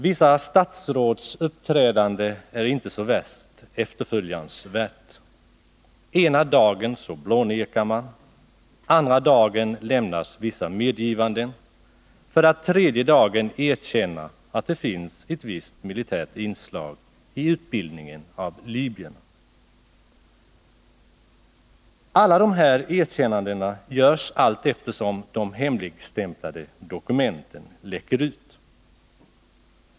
Vissa statsråds uppträdande är inte så värst efterföljansvärt. Ena dagen blånekar man, andra dagen görs vissa medgivanden, tredje dagen erkänner man att det finns ett visst militärt inslag i utbildningen av libyerna. Alla de här erkännandena görs allteftersom de hemligstämplade dokumenten läcker ut.